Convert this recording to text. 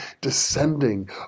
descending